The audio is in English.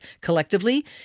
Collectively